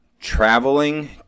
traveling